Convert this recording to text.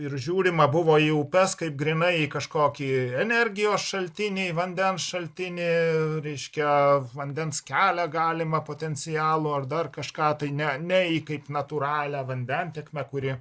ir žiūrima buvo į upes kaip grynai kažkokį energijos šaltinį vandens šaltinį reiškia vandens kelią galimą potencialų ar dar kažką tai ne ne į kaip natūralią vandentėkmę kuri